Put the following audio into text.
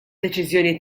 deċiżjoni